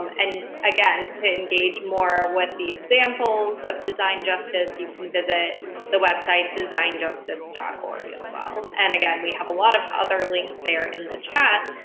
um and again, to engage more with the examples of design justice, you can visit the website designjustice dot org as well. and again, we have a lot of other links there in the chat.